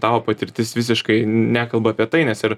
tavo patirtis visiškai nekalba apie tai nes ir